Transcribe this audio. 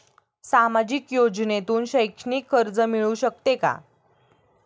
सामाजिक योजनेतून शैक्षणिक कर्ज मिळू शकते का?